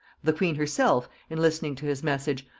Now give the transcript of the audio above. the queen herself, in listening to his message,